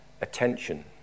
attention